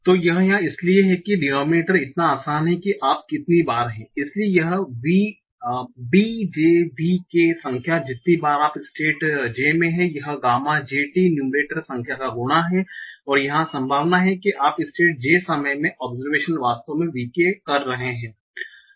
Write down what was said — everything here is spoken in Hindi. तो यह यहाँ इसलिए है कि डिनोमिनेटर इतना आसान है कि आप कितनी बार हैं इसलिए यह bjvk संख्या जितनी बार आप स्टेट j में हैं यह गामा j t न्यूमरेटर संख्या का गुणा है या संभावना है कि आप स्टेट j समय में ओबसरवेशन वास्तव में v k कर रहे हैं